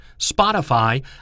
Spotify